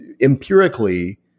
empirically